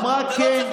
היא אמרה: כן.